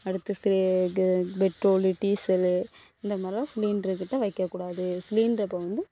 அடுத்து சே கு பெட்ரோலு டீசலு இந்தமாதிரிலாம் சிலிண்டர் கிட்ட வைக்கக்கூடாது சிலிண்டர் அப்போ வந்து